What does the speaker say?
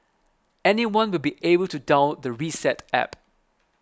anyone will be able to download the Reset App